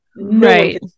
right